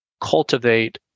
cultivate